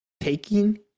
Taking